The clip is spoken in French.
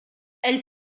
elle